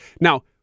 Now